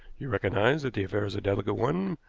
you recognize that the affair is a delicate one,